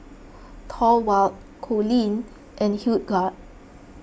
Thorwald Coleen and Hildegard